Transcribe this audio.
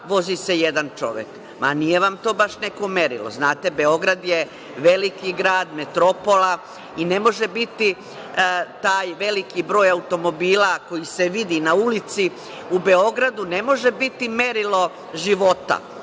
vozi se jedan čovek, pa nije vam to baš neko merilo. Znate, Beograd je veliki grad, metropola i ne može biti taj veliki broj automobila, koji se vidi na ulici u Beogradu, ne može biti merilo života,